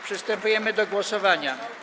Przystępujemy do głosowania.